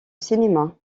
cinéma